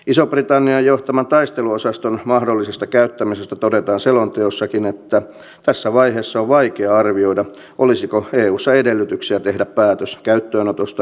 ison britannian johtaman taisteluosaston mahdollisesta käyttämisestä todetaan selonteossakin että tässä vaiheessa on vaikea arvioida olisiko eussa edellytyksiä tehdä päätös käyttöönotosta ajankohtaisessa kriisissä